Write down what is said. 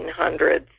1800s